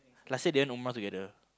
last year they went umrah together